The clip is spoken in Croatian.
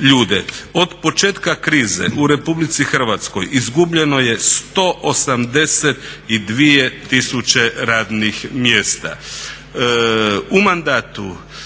ljude. Od početka krize u RH izgubljeno je 182 tisuće radnih mjesta.